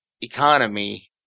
economy